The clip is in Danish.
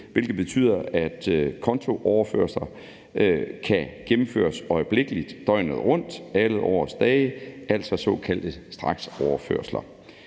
hvilket betyder, at kontooverførsler kan gennemføres øjeblikkeligt døgnet rundt alle årets dage, altså såkaldte straksoverførsler.